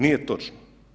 Nije točno.